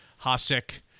Hasek